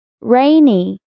rainy